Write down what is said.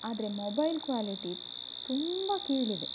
ಆದರೆ mobile quality ತುಂಬಾ ಕೀಳಿದೆ